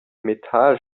metall